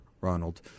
Ronald